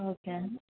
okay అండి